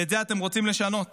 ואת זה אתם רוצים לשנות.